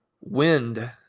wind